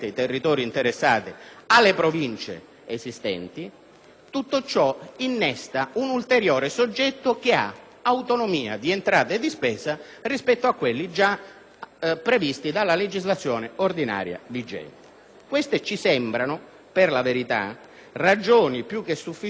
Tutto ciò innesta un ulteriore soggetto che ha autonomia di entrata e di spesa rispetto a quelli già previsti dalla legislazione ordinaria vigente. Queste ci sembrano, in verità, ragioni più che sufficienti per un ulteriore approfondimento.